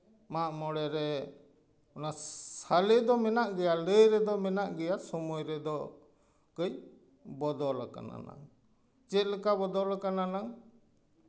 ᱢᱟᱜᱼᱢᱚᱬᱮ ᱨᱮ ᱚᱱᱟ ᱥᱟᱞᱮ ᱫᱚ ᱢᱮᱱᱟᱜ ᱜᱮᱭᱟ ᱞᱟᱹᱭ ᱨᱮᱫᱚ ᱢᱮᱱᱟᱜ ᱜᱮᱭᱟ ᱥᱚᱢᱚᱭ ᱨᱮᱫᱚ ᱠᱟᱹᱡ ᱵᱚᱫᱚᱞ ᱠᱟᱱᱟ ᱱᱟᱝ ᱪᱮᱫ ᱞᱮᱠᱟ ᱵᱚᱫᱚᱞ ᱠᱟᱱᱟ ᱱᱟᱝ